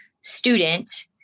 student